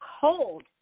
cold